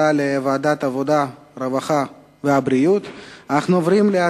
בוועדת העבודה, הרווחה והבריאות נתקבלה.